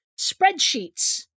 spreadsheets